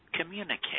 communicate